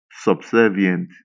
subservient